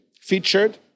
featured